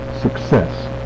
success